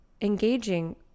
engaging